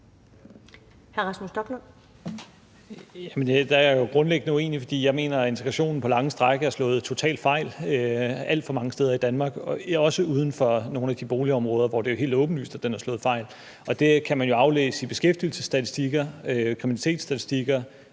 er jeg jo grundlæggende uenig, for jeg mener, at integrationen på lange stræk er slået totalt fejl alt for mange steder i Danmark, også uden for nogle af de boligområder, hvor det jo er helt åbenlyst, at den er slået fejl. Det kan man jo aflæse i beskæftigelsesstatistikker, kriminalitetsstatistikker,